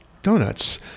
donuts